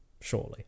surely